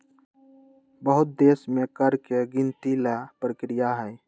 बहुत देश में कर के गिनती ला परकिरिया हई